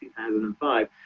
2005